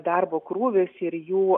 darbo krūvis ir jų